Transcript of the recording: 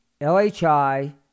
LHI